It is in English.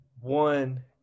One